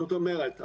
זאת אומרת,